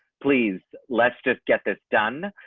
please. let's just get this done.